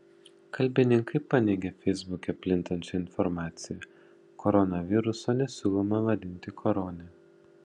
kalbininkai paneigė feisbuke plintančią informaciją koronaviruso nesiūloma vadinti korone